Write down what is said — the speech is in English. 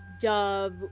dub